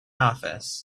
office